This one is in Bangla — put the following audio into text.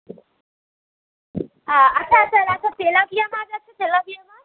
আচ্ছা আচ্ছা আচ্ছা তেলাপিয়া মাছ আছে তেলাপিয়া মাছ